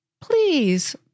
please